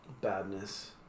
badness